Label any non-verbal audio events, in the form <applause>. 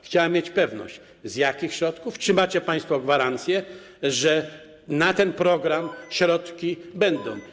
Chciałem mieć pewność, z jakich środków to będzie, czy macie państwo gwarancję, że na ten program <noise> środki będą.